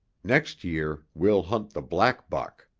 next year we'll hunt the black buck.